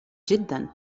جدا